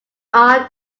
are